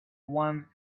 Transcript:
one